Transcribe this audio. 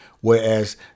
whereas